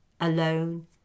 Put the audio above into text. alone